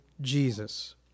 Jesus